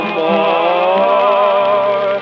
more